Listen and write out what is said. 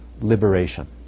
liberation